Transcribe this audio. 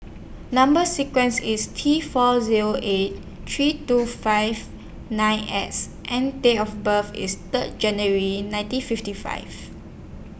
Number sequence IS T four Zero eight three two five nine S and Date of birth IS Third January nineteen fifty five